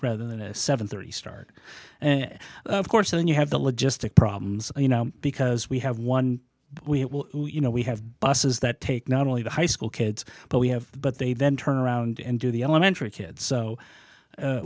rather than a seven hundred and thirty start and of course then you have the logistic problems you know because we have one we you know we have buses that take not only the high school kids but we have but they then turn around and do the elementary kids so